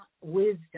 wisdom